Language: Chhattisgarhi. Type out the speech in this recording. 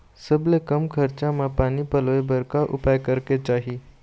सबले कम खरचा मा पानी पलोए बर का उपाय करेक चाही?